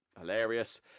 hilarious